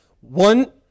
one